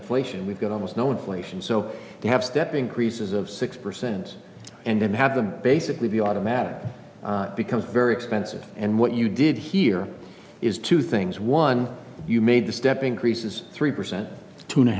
inflation we've got almost no inflation so you have stepping creases of six percent and then have them basically be automatic becomes very expensive and what you did here is two things one you made the stepping creases three percent two and a